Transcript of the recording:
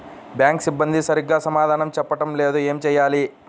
Bank సిబ్బంది సరిగ్గా సమాధానం చెప్పటం లేదు ఏం చెయ్యాలి?